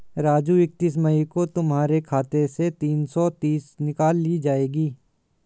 राजू इकतीस मई को तुम्हारे खाते से तीन सौ तीस निकाल ली जाएगी